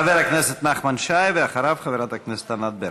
חבר הכנסת נחמן שי, ואחריו, חברת הכנסת ענת ברקו.